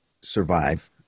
survive